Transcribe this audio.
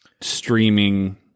streaming